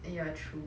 ah ya true